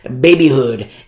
babyhood